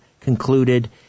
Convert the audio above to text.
concluded